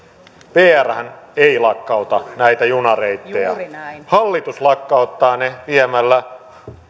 vrhän ei lakkauta näitä junareittejä hallitus lakkauttaa ne viemällä